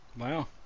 wow